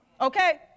Okay